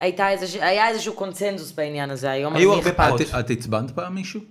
היה איזה שהוא קונצנדוס בעניין הזה היום. היו הרבה פרטים, את עיצבנת פעם מישהו?